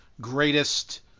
greatest